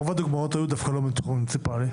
רוב הדוגמאות היו דווקא לא מהתחום המוניציפלי.